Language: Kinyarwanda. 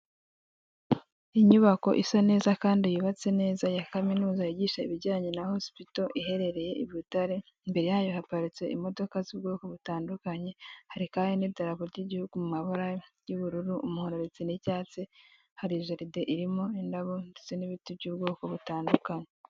Inyubako isa neza kandi yubatse neza ya kaminuza yigisha ibijyanye na hosipito iherereye i Butare, imbere yayo haparitse imodoka z'ubwoko butandukanye, hari kandi n'idarapo ry'igihugu mu mabara y'ubururu, umuhondo ndetse n'icyatsi, hari jaride irimo indabo ndetse n'ibiti by'ubwoko butandukanye.